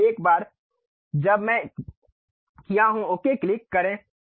तो एक बार जब मैं किया हूँ ओके क्लिक करें